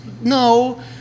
no